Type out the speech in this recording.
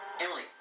Emily